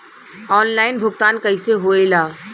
Online भुगतान कैसे होए ला?